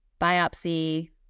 biopsy